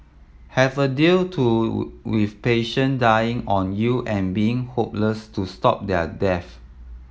have a deal to with patient dying on you and being hopeless to stop their deaths